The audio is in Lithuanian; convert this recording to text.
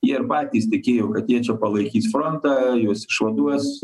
jie ir patys tikėjo kad jie čia palaikyti frontą jus išvaduos